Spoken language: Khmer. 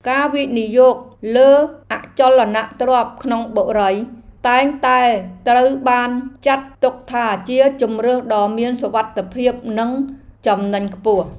ការវិនិយោគលើអចលនទ្រព្យក្នុងបុរីតែងតែត្រូវបានចាត់ទុកថាជាជម្រើសដ៏មានសុវត្ថិភាពនិងចំណេញខ្ពស់។